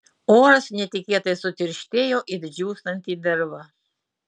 oras netikėtai sutirštėjo it džiūstanti derva